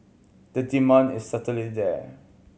the demand is certainly there